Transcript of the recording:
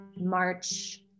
March